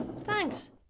Thanks